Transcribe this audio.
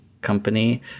company